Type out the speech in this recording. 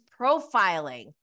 profiling